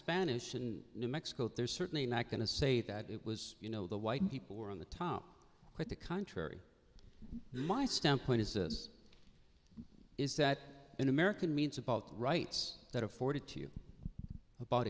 spanish in new mexico they're certainly not going to say that it was you know the white people were on the top quite the contrary my standpoint is is that in american means about rights that are afforded to you about